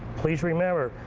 please remember,